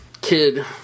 kid